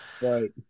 Right